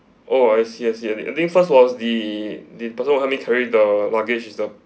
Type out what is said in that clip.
oh I see I see I think I think first was the the person who helped me to carry the luggage the